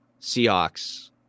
Seahawks